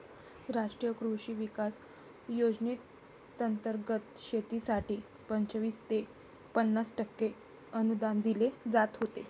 राष्ट्रीय कृषी विकास योजनेंतर्गत शेतीसाठी पंचवीस ते पन्नास टक्के अनुदान दिले जात होते